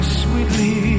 sweetly